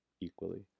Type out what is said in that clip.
equally